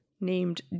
named